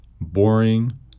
boring